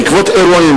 בעקבות אירועים,